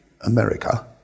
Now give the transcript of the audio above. America